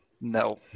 No